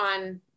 on